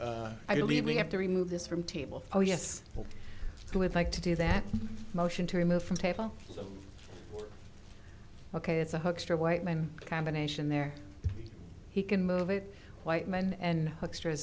air i believe we have to remove this from table oh yes i would like to do that motion to remove from table ok it's a hoekstra whiteman combination there he can move it whiteman an extra